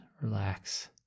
relax